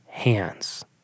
hands